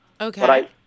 Okay